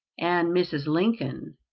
and mrs. lincoln,